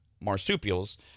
marsupials